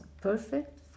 perfect